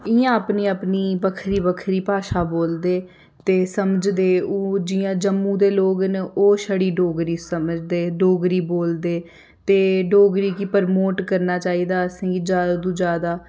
इ'यां अपनी अपनी बक्खरी बक्खरी भाशा बोलदे ते समझदे ओह् जियां जम्मू दे लोक न ओह् छड़ी डोगरी समझदे डोगरी बोलदे ते डोगरी गी प्रमोट करना चाहिदा असेंगी ज्यादा तो ज्यादा